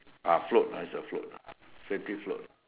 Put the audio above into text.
ah float ah it's a float ah safety float